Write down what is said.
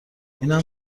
اینم